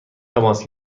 تماس